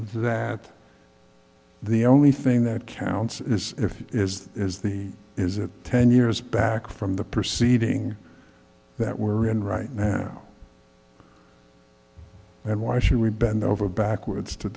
that the only thing that counts is if he is the is the is that ten years back from the proceeding that we're in right now then why should we bend over backwards to